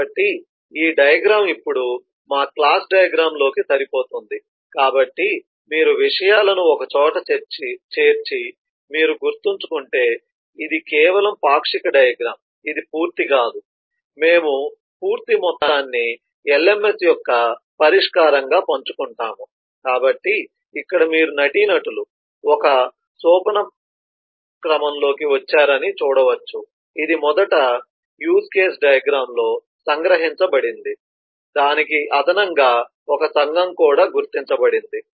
కాబట్టి ఈ డయాగ్రమ్ ఇప్పుడు మా క్లాస్ డయాగ్రమ్ లోకి సరిపోతుంది కాబట్టి మీరు విషయాలను ఒకచోట చేర్చి మీరు గుర్తుంచుకుంటే ఇది కేవలం పాక్షిక డయాగ్రమ్ ఇది పూర్తి కాదు మేము పూర్తి మొత్తాన్ని LMS యొక్క పరిష్కారంగా పంచుకుంటాము కాబట్టి ఇక్కడ మీరు నటీనటులు ఒక సోపానక్రమంలోకి వచ్చారని చూడవచ్చు ఇది మొదట యూజ్ కేస్ డయాగ్రమ్ లో సంగ్రహించబడింది దానికి అదనంగా ఒక సంఘం కూడా గుర్తించబడింది